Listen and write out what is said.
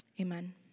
Amen